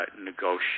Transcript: negotiate